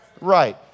Right